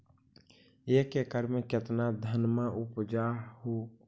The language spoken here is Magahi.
एक एकड़ मे कितना धनमा उपजा हू?